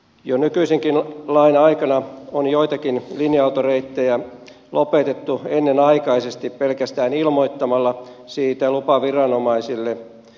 jo nykyisenkin lain aikana on joitakin linja autoreittejä lopetettu ennenaikaisesti pelkästään ilmoittamalla siitä lupaviranomaisille